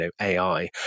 AI